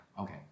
Okay